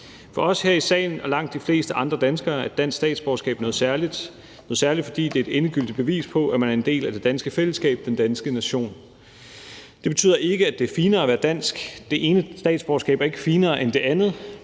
For os her i salen og for langt de fleste andre danskere er et dansk statsborgerskab noget særligt; det er noget særligt, fordi det er et endegyldigt bevis på, at man er en del af det danske fællesskab, den danske nation. Det betyder ikke, at det er finere at være dansk. Det ene statsborgerskab er ikke finere end det andet,